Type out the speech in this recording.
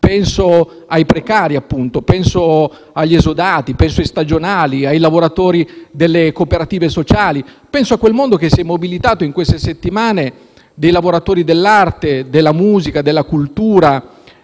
pensare ai precari, agli esodati, agli stagionali, ai lavoratori delle cooperative sociali, a quel mondo che si è mobilitato in queste settimane dei lavoratori dell'arte, della musica, della cultura